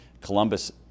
Columbus